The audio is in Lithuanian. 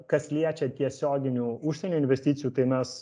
kas liečia tiesioginių užsienio investicijų tai mes